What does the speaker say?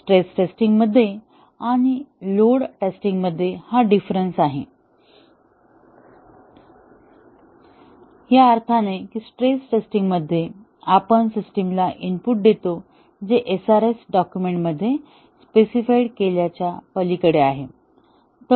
stress testing आणि load testing मध्ये हा डिफरेन्स आहे या अर्थाने की स्ट्रेस टेस्टिंग मध्ये आपण सिस्टमला इनपुट देतो जे SRS डॉक्युमेंट मध्ये स्पेसिफाइड केल्या पलीकडे आहे